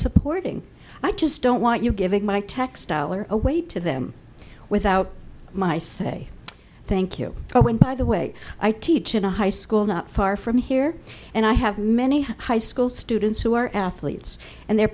supporting i just don't want you giving my textile or away to them without my say thank you oh and by the way i teach in a high school not far from here and i have many high school students who are athletes and their